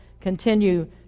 continue